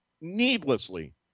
needlessly